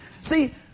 See